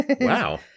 Wow